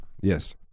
Yes